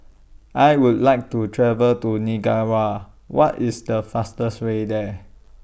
I Would like to travel to Nicaragua What IS The fastest Way There